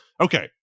okay